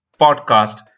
podcast